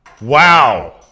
Wow